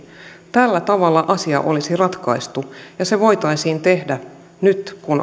tällä tavalla asia olisi ratkaistu ja se voitaisiin tehdä nyt kun asia on